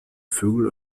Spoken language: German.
vögel